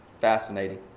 Fascinating